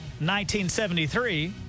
1973